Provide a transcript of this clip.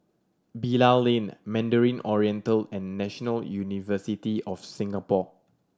Bilal Lane Mandarin Oriental and National University of Singapore